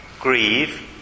grieve